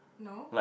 no